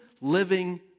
living